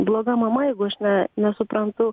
bloga mama jeigu aš ne nesuprantu